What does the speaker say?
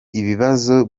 ibibazo